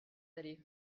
allé